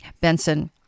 Benson